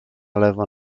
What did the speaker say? lewo